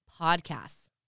podcasts